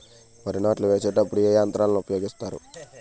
వరి నాట్లు వేసేటప్పుడు ఏ యంత్రాలను ఉపయోగిస్తారు?